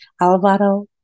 Alvaro